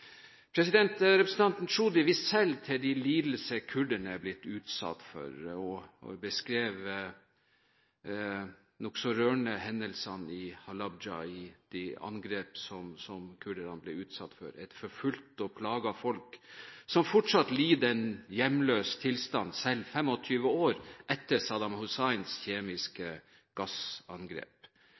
Representanten Chaudhry viste selv til de lidelser som kurderne har blitt utsatt for, og han beskrev, nokså rørende, hendelsene i Halabja, i de angrepene som kurderne ble utsatt for. De er et forfulgt og plaget folk som fortsatt lider en hjemløs tilværelse, selv 25 år etter Saddam Husseins kjemiske gassangrep.